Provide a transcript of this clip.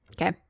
Okay